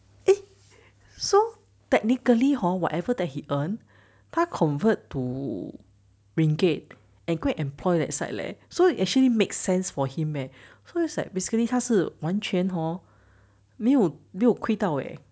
eh so technically hor whatever that he earned by convert to ringgit and 可以 employ that side leh so you actually makes sense for he eh so is like basically 他是完全 hor 没有亏到 leh